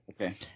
Okay